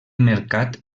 mercat